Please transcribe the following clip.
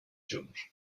junts